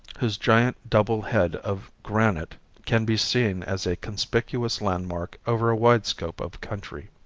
whose giant double head of granite can be seen as a conspicuous landmark over a wide scope of country.